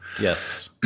Yes